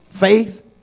Faith